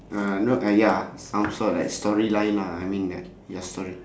uh no uh ya some sort like storyline lah I mean like ya story